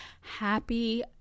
happy